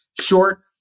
short